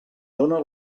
dóna